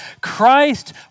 Christ